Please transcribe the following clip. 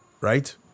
right